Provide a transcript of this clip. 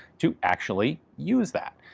to actually use that.